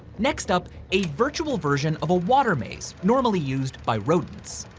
next up a virtual version of a water maze, normally used by rodents.